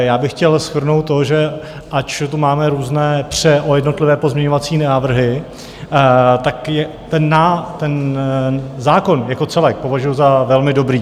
Já bych chtěl shrnout to, že ač tu máme různé pře o jednotlivé pozměňovací návrhy, tak ten zákon jako celek považuji za velmi dobrý.